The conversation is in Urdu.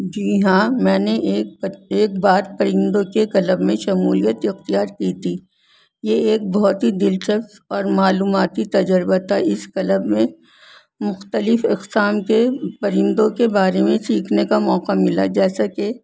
جی ہاں میں نے ایک ایک بار پرندوں کے کلب میں شمولیت اختیار کی تھی یہ ایک بہت ہی دلچسپ اور معلوماتی تجربہ تھا اس کلب میں مختلف اقسام کے پرندوں کے بارے میں سیکھنے کا موقع ملا جیسا کہ